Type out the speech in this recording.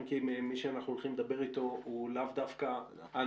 אם כי מי שאנחנו הולכים לדבר איתו הוא לאו דווקא אה,